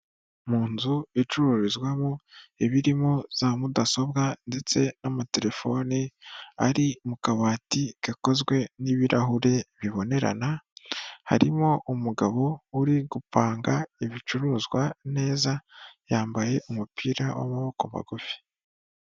Mu nzu icururizwamo ibirimo za mudasobwa ndetse n'amatelefoni ari mu kabati gakozwe n'ibirahure bibonerana. Harimo umugabo uri gupanga ibicuruzwa neza yambaye umupira w'amaboko magufi .